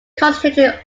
concentrated